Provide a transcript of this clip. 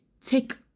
take